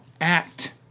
act